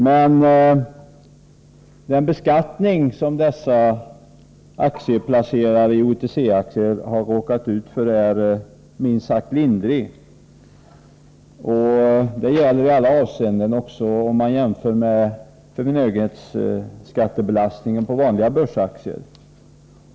Men den beskattning som dessa placerare i OTC-aktier har råkat ut för är minst sagt lindrig. Det gäller även om man jämför med förmögenhetsskattebelastningen på vanliga börsaktier.